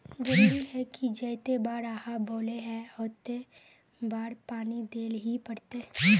जरूरी है की जयते बार आहाँ बोले है होते बार पानी देल ही पड़ते?